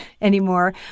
anymore